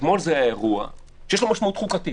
אתמול זה היה אירוע, שיש לו משמעות חוקתית.